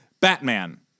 batman